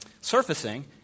surfacing